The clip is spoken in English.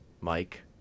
Mike